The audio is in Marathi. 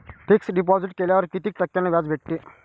फिक्स डिपॉझिट केल्यावर कितीक टक्क्यान व्याज भेटते?